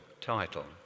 title